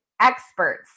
experts